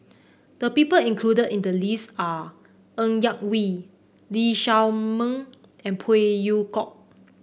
the people included in the list are Ng Yak Whee Lee Shao Meng and Phey Yew Kok